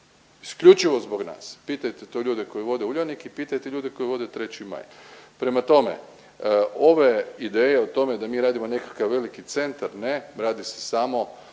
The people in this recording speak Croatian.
Isključivo zbog nas. Pitajte to ljude koji vode Uljanik i pitajte ljude koji vode 3. maj. Prema tome, ove ideje o tome da mi radimo nekakav veliki centar ne radi se samo